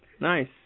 Nice